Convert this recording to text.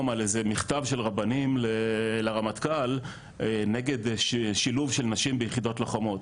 על איזה מכתב של רבנים לרמטכ"ל נגד שילוב של נשים ביחידות לוחמות.